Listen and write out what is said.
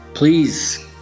Please